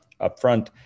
upfront